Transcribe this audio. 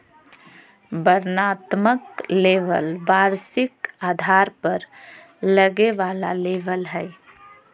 वर्णनात्मक लेबल वार्षिक आधार पर लगे वाला लेबल हइ